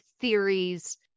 theories